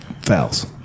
fouls